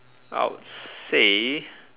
I would say